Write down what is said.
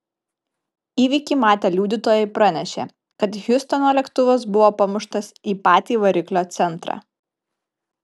įvykį matę liudytojai pranešė kad hjustono lėktuvas buvo pamuštas į patį variklio centrą